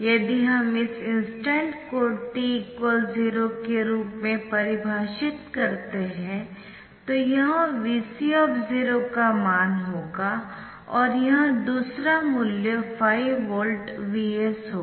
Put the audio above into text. यदि हम इस इंस्टेंट को t 0 के रूप में परिभाषित करते है तो यह Vc का मान होगा और यह दूसरा मूल्य 5 वोल्ट Vs होगा